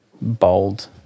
bold